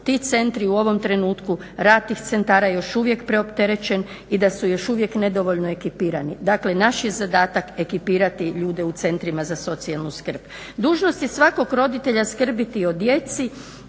ti centri u ovom trenutku rad tih centara još uvijek preopterećen i da su još uvijek nedovoljno ekipirani. Dakle naš je zadatak ekipirati ljude u centrima za socijalnu skrb. Dužnost je svakog roditelja skrbiti o djeci